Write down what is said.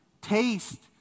Taste